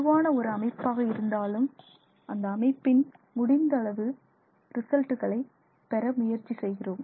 பொதுவான ஒரு அமைப்பாக இருந்தாலும் அந்த அமைப்பின் முடிந்த அளவு ரிசல்ட்டுகளை பெற முயற்சி செய்கிறோம்